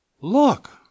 Look